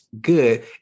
good